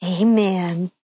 amen